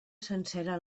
sencera